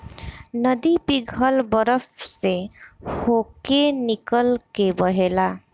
नदी पिघल बरफ से होके निकल के बहेला